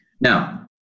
Now